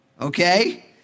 okay